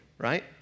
right